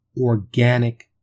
organic